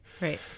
right